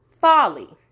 folly